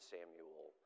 Samuel